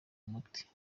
umuti